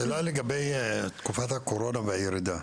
שאלה לגבי תקופת הקורונה והירידה.